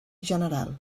general